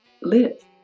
live